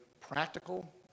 practical